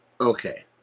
Okay